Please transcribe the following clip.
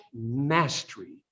mastery